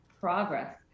progress